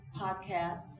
podcast